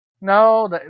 No